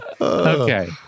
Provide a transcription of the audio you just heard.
Okay